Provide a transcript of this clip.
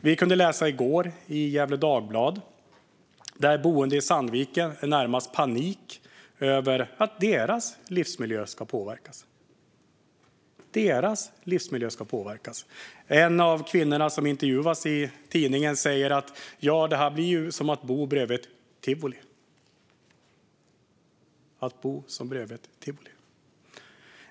Vi kunde i går läsa i Gefle Dagblad om boende i Sandviken som har närmast panik över att deras livsmiljö ska påverkas. En av kvinnorna som intervjuas i tidningen säger att det kommer att bli som att bo bredvid ett tivoli.